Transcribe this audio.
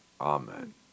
Amen